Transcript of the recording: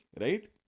right